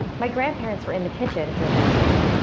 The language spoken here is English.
my grandparents were in the kitchen drinking tea.